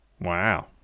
Wow